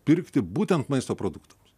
pirkti būtent maisto produktams